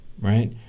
right